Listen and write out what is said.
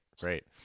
great